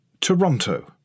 Toronto